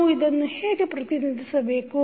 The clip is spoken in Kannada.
ನಾವು ಅದನ್ನು ಹೇಗೆ ಪ್ರತಿನಿಧಿಸಬೇಕು